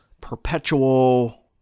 perpetual